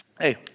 Hey